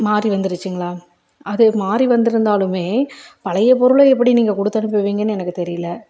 மாறி வந்துடுச்சுங்களா அது மாறி வந்திருந்தாலுமே பழைய பொருளை எப்படி நீங்கள் கொடுத்து அனுப்புவீங்கன்னு எனக்கு தெரியிலை